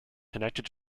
connected